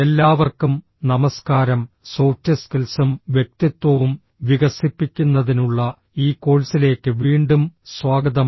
എല്ലാവർക്കും നമസ്കാരം സോഫ്റ്റ് സ്കിൽസും വ്യക്തിത്വവും വികസിപ്പിക്കുന്നതിനുള്ള ഈ കോഴ്സിലേക്ക് വീണ്ടും സ്വാഗതം